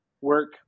work